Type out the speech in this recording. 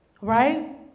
right